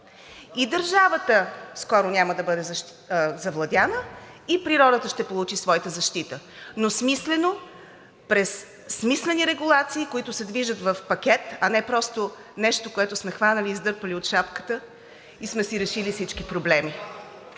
и държавата скоро няма да бъде завладяна, и природата ще получи своята защита, но смислено, през смислени регулации, които се движат в пакет, а не просто нещо, което сме хванали и сме издърпали от шапката и сме си решили всички проблеми.